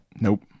nope